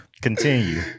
Continue